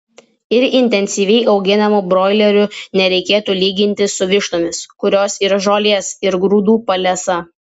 ir intensyviai auginamų broilerių nereikėtų lyginti su vištomis kurios ir žolės ir grūdų palesa